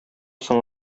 соң